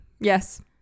Yes